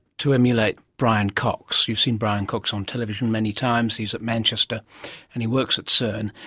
to emulate brian cox, you've seen brian cox on television many times, he's at manchester and he works at cern,